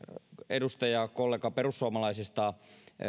edustajakollega perussuomalaisista